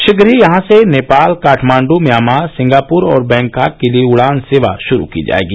शीघ्र ही यहां से नेपाल काठमाण्डू म्यामार सिंगापुर और बैंकाक के लिये उड़ान सेवा शुरू की जायेगी